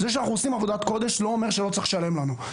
זה שאנחנו עושים עבודת קודש לא אומר שלא צריך לשלם לנו.